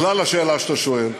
בכלל לשאלה שאתה שואל.